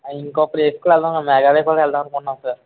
ఇంకో ప్లేస్కి వెళ్దాం అని మేఘాలయా కూడా వెళ్దాం అనుకుంట్నాం సార్